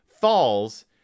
falls